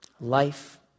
life